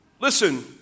listen